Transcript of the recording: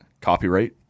Copyright